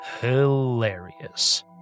Hilarious